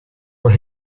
were